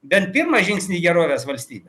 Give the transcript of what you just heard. bent pirmą žingsnį gerovės valstybę